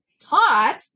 taught